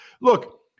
look